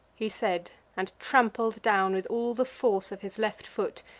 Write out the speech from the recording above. he said, and trampled down with all the force of his left foot,